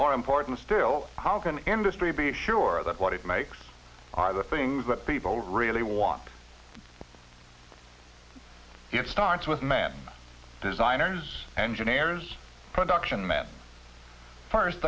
more important still how can industry be sure that what it makes are the things that people really want and it starts with man designers engineers production men first